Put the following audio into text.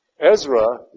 Ezra